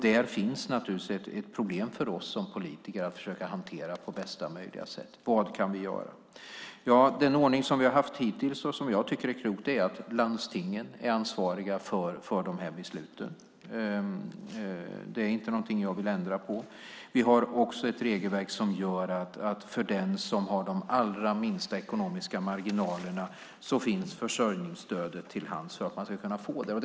Där finns naturligtvis ett problem för oss som politiker att försöka hantera på bästa möjliga sätt och fråga oss vad vi kan göra. Den ordning som vi har haft hittills och som jag tycker är klok är att landstingen är ansvariga för dessa beslut. Det är inte något jag vill ändra på. Vi har också ett regelverk som gör att försörjningsstödet finns till hands för den som har de allra minsta ekonomiska marginalerna.